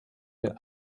der